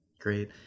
Great